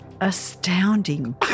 Astounding